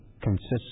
consists